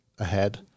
ahead